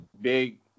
big